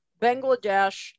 Bangladesh